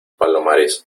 palomares